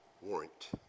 warrant